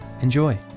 Enjoy